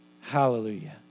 Hallelujah